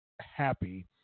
happy